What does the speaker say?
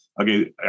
okay